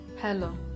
Hello